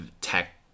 tech